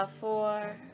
four